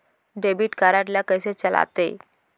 Debit card ला कइसे चलाते?